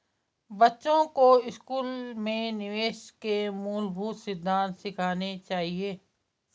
बच्चों को स्कूल में निवेश के मूलभूत सिद्धांत सिखाने चाहिए